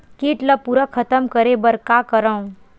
कीट ला पूरा खतम करे बर का करवं?